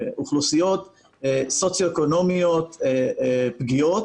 אוכלוסיות סוציו-אקונומיות פגיעות,